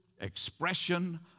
expression